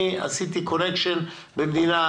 עשיתי קונקשן במדינה,